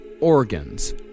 organs